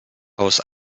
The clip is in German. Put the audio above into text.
aus